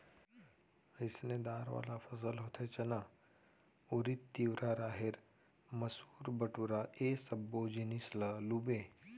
अइसने दार वाला फसल होथे चना, उरिद, तिंवरा, राहेर, मसूर, बटूरा ए सब्बो जिनिस ल लूबे